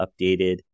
updated